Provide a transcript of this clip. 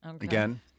Again